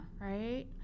Right